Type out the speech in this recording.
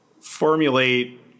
formulate